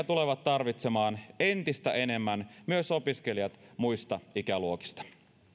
tulevat tarvitsemaan entistä enemmän myös opiskelijat muista ikäluokista